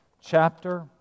chapter